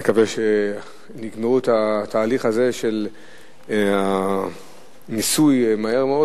נקווה שיגמרו את התהליך הזה של הניסוי מהר מאוד,